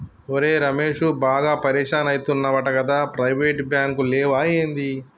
ఒరే రమేశూ, బాగా పరిషాన్ అయితున్నవటగదా, ప్రైవేటు బాంకులు లేవా ఏంది